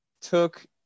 took